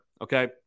Okay